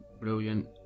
brilliant